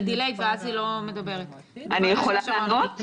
אני יכולה לענות?